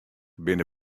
binne